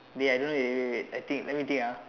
wait I don't know eh wait wait wait I think let me think ah